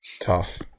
tough